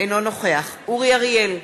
אינו נוכח אורי אריאל,